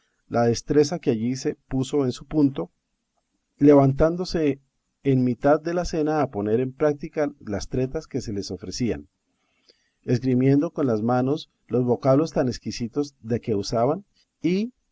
la destreza que allí se puso en su punto levantándose en mitad de la cena a poner en prática las tretas que se les ofrecían esgrimiendo con las manos los vocablos tan exquisitos de que usaban y